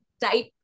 type